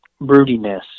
broodiness